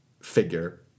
figure